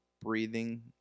breathing